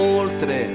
oltre